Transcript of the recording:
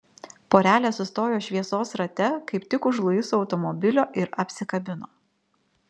porelė sustojo šviesos rate kaip tik už luiso automobilio ir apsikabino